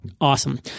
Awesome